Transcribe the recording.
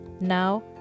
Now